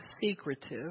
secretive